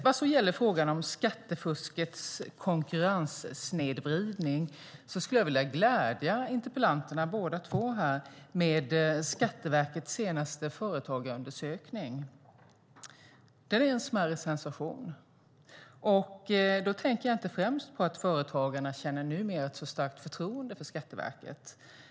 Vad gäller frågan om skattefuskets konkurrenssnedvridning skulle jag vilja glädja interpellanterna, båda två, med Skatteverkets senaste företagarundersökning. Det är en smärre sensation. Då tänker jag inte främst på att företagarna numera känner ett starkt förtroende för Skatteverket. Förtroendet har ökat.